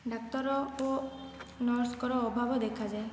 ଡାକ୍ତର ଓ ନର୍ସଙ୍କର ଅଭାବ ଦେଖାଯାଏ